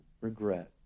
regret